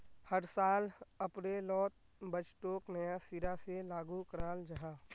हर साल अप्रैलोत बजटोक नया सिरा से लागू कराल जहा